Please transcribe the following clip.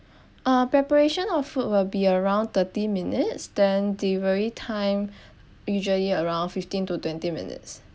uh preparation of food will be around thirty minutes then delivery time usually around fifteen to twenty minutes